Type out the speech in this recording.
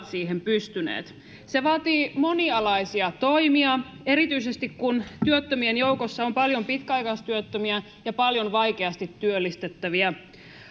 siihen pystyneet se vaatii monialaisia toimia erityisesti kun työttömien joukossa on paljon pitkäaikaistyöttömiä ja paljon vaikeasti työllistettäviä